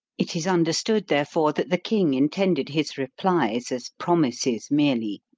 it is understood, therefore, that the king intended his replies as promises merely.